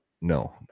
no